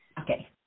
Okay